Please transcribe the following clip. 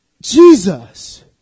Jesus